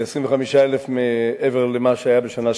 כ-25,000 מעבר למה שהיה בשנה שעברה.